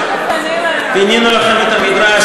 פינינו לכם את המגרש,